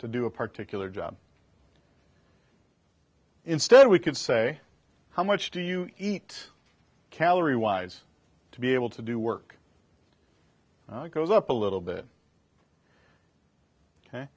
to do a particularly job instead we can say how much do you eat calorie wise to be able to do work it goes up a little bit